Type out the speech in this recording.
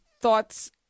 thoughts